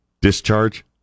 Discharge